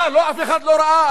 מה, אף אחד לא ראה?